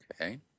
Okay